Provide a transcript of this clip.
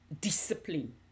discipline